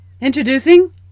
Introducing